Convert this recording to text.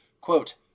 Quote